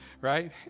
right